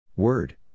Word